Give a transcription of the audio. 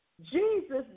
Jesus